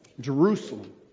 Jerusalem